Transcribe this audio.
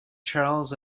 charles